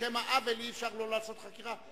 בשם העוול אי-אפשר לא לעשות חקירה.